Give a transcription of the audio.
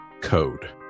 code